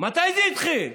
מתי זה התחיל?